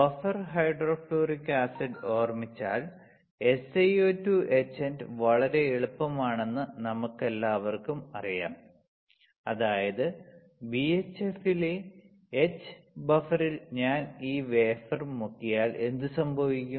buffer hydrofluoric acid ഓർമിച്ചാൽ SiO2 etchant വളരെ എളുപ്പമാണെന്ന് നമുക്കെല്ലാവർക്കും അറിയാം അതായത് BHF ലെ H ബഫറിൽ ഞാൻ ഈ വേഫർ മുക്കിയാൽ എന്ത് സംഭവിക്കും